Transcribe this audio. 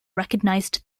recognized